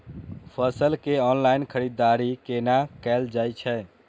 फसल के ऑनलाइन खरीददारी केना कायल जाय छै?